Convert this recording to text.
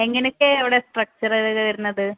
എങ്ങനെയൊക്കെയാണ് ഇവിടെ സ്ട്രക്ച്ചർ വരുന്നത്